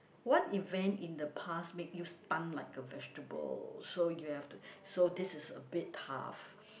what event in the past make you stun like a vegetable so you have to so this is a bit tough